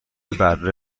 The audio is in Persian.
بره